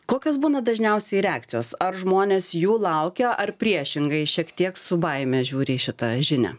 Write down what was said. kokios būna dažniausiai reakcijos ar žmonės jų laukia ar priešingai šiek tiek su baime žiūri į šitą žinią